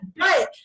Right